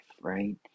right